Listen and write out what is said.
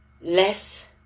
less